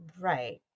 Right